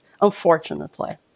unfortunately